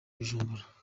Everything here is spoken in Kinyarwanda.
bujumbura